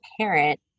parent